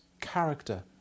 character